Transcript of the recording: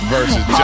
Versus